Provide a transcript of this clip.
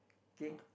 okay